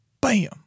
Bam